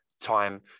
time